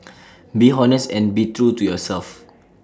be honest and be true to yourself